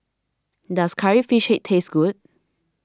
does Curry Fish Head taste good